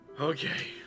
Okay